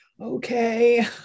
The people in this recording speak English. okay